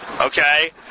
okay